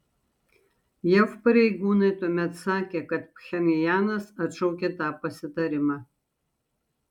jav pareigūnai tuomet sakė kad pchenjanas atšaukė tą pasitarimą